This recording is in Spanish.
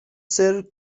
ser